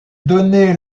donné